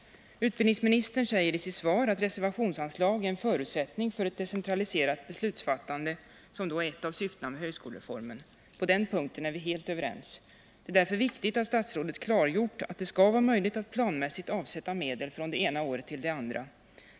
Utbildningsministern säger i sitt svar att reservationsanslag är en förutsättning för det decentraliserade beslutsfattande som är ett av syftena med högskolereformen. På den punkten är vi helt överens. Det är därför viktigt att statsrådet klargjort att det skall vara möjligt att planmässigt avsätta medel från det ena året till det andra.